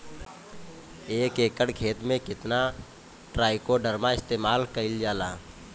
एक एकड़ खेत में कितना ट्राइकोडर्मा इस्तेमाल कईल जाला?